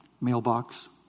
mailbox